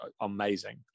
amazing